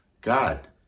God